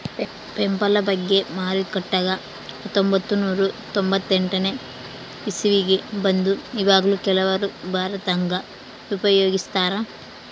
PayPal ಬಗ್ಗೆ ಮಾರುಕಟ್ಟೆಗ ಹತ್ತೊಂಭತ್ತು ನೂರ ತೊಂಬತ್ತೆಂಟನೇ ಇಸವಿಗ ಬಂತು ಈವಗ್ಲೂ ಕೆಲವರು ಭಾರತದಗ ಉಪಯೋಗಿಸ್ತರಾ